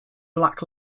black